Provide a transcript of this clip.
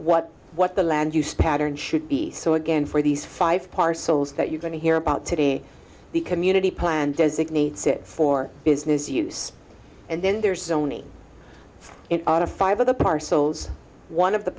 what what the land use pattern should be so again for these five parcels that you're going to hear about today the community plan designates it for business use and then there's zoning in five of the parcels one of the